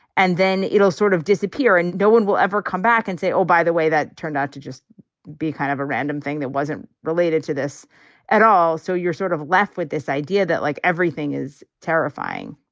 and then it'll sort of disappear. and no one will ever come back and say, oh, by the way, that turned out to just be kind of a random thing that wasn't related to this at all. so you're sort of left with this idea that, like, everything is terrifying